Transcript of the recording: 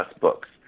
books